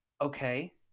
Okay